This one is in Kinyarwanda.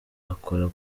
akora